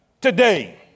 today